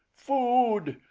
food!